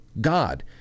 God